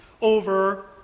over